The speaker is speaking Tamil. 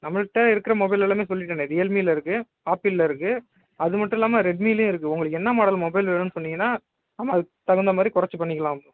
நம்மகிட்ட இருக்கிற மொபைல் எல்லாமே சொல்லிட்டனே ரியல்மீயில் இருக்குது ஆப்பிள்ல இருக்குது அதுமட்டும் இல்லாமல் ரெட்மீலேயும் இருக்குது உங்களுக்கு என்ன மாடல் மொபைல் வேணும்னு சொன்னீங்கன்னால் நம்ம அதுக்குத் தகுந்தமாதிரி குறைச்சி பண்ணிக்கலாம் ப்ரோ